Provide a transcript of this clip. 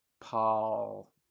Paul